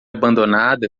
abandonada